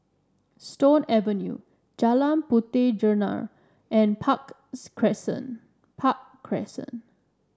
Stone Avenue Jalan Puteh Jerneh and Park Crescent Park Crescent